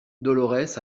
dolorès